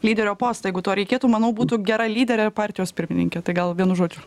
lyderio postą jeigu to reikėtų manau būtų gera lyderė partijos pirmininkė tai gal vienu žodžiu